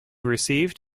received